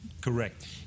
Correct